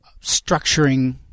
structuring